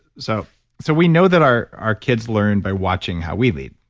so so we know that our our kids learn by watching how we lead,